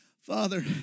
Father